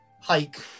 hike